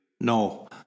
no